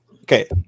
Okay